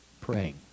praying